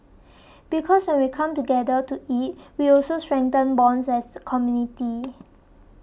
because when we come together to eat we also strengthen bonds as community